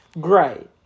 Great